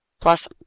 Plus